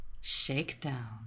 Shakedown